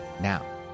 Now